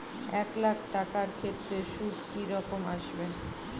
এক লাখ টাকার ক্ষেত্রে সুদ কি রকম আসবে?